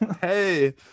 hey